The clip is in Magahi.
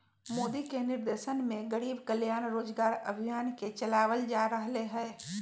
मोदी के निर्देशन में गरीब कल्याण रोजगार अभियान के चलावल जा रहले है